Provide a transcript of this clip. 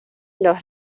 los